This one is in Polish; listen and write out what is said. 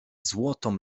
złotą